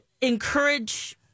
encourage